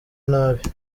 nabi